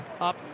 Up